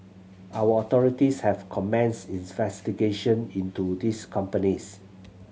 our authorities have commenced investigation into these companies